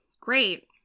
Great